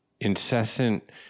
incessant